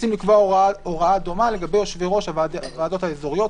רוצים לקבוע הוראה דומה לגבי יושבי-ראש הוועדות האזוריות,